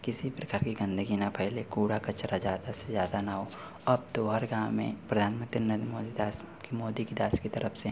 किसी प्रकार की गंदगी ना फैले कूड़ा कचरा ज़्यादा से ज़्यादा ना हो अब तो और गाँव में प्रधानमती नरेंद्र मोदी दास की मोदी की दास की तरफ से